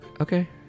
Okay